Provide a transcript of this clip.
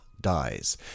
dies